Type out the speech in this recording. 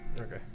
okay